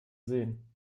sehen